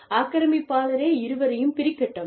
ஆக்கிரமிப்பாளரே இருவரையும் பிரிக்கட்டும்